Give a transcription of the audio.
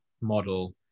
model